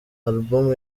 album